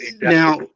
now